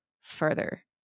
further